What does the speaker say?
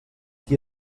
qui